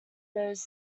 those